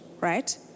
right